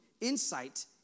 insight